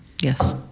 yes